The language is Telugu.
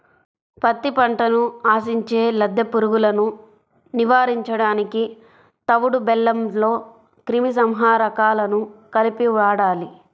పత్తి పంటను ఆశించే లద్దె పురుగులను నివారించడానికి తవుడు బెల్లంలో క్రిమి సంహారకాలను కలిపి వాడాలి